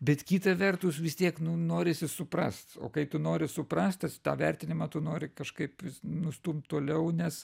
bet kita vertus vis tiek nu norisi suprast o kai tu nori suprast tą vertinimą tu nori kažkaip nustumt toliau nes